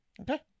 Okay